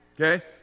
Okay